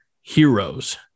heroes